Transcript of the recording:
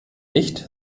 nicht